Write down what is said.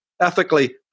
ethically